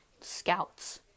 Scouts